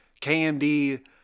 KMD